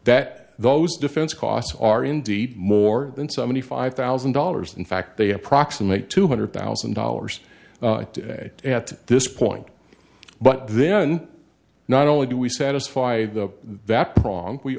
that those defense costs are indeed more than seventy five thousand dollars in fact they approximate two hundred thousand dollars at this point but then not only do we satisfy the that pro